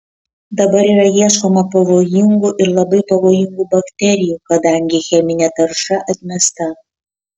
dabar yra ieškoma pavojingų ir labai pavojingų bakterijų kadangi cheminė tarša atmesta